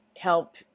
help